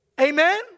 Amen